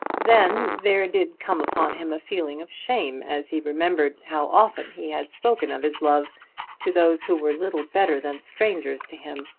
then there did come upon him a feeling of shame as he remembered how often he had spoken of his love to those who were little better than strangers to him,